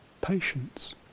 patience